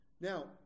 Now